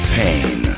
pain